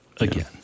again